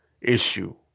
issue